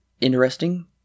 Interesting